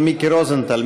של מיקי רוזנטל,